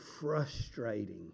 frustrating